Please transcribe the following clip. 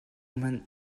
hmanh